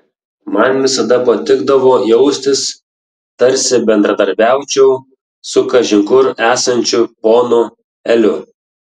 man visada patikdavo jaustis tarsi bendradarbiaučiau su kažin kur esančiu ponu eliu